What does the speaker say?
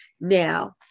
Now